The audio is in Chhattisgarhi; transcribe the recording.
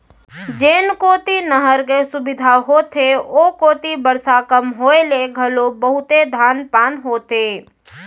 जेन कोती नहर के सुबिधा होथे ओ कोती बरसा कम होए ले घलो बहुते धान पान होथे